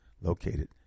located